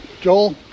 Joel